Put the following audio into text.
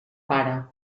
pare